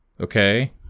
Okay